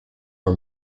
are